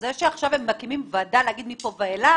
זה שעכשיו הם מקימים ועדה מפה ואילך,